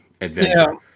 adventure